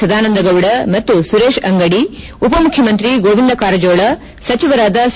ಸದಾನಂದಗೌಡ ಮತ್ತು ಸುರೇಶ್ ಅಂಗಡಿ ಉಪಮುಖ್ಯಮಂತ್ರಿ ಗೋವಿಂದ ಕಾರಜೋಳ ಸಚಿವರಾದ ಸಿ